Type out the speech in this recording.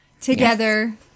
together